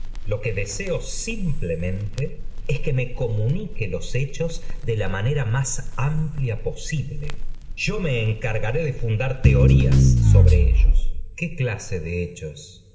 lo que deseo simplemente es que me comunique los hechos de la manera más amplia posible yo me encargaré de fundar teorías sobre ellos qué clase de hechos